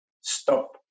stop